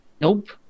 Nope